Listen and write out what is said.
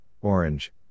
Orange